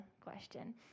question